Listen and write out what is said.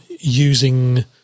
using